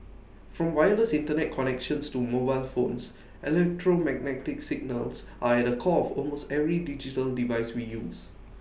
from wireless Internet connections to mobile phones electromagnetic signals are at the core of almost every digital device we use